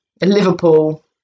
Liverpool